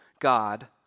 God